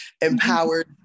Empowered